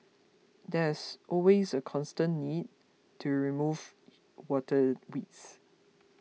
there's always a constant need to remove water weeds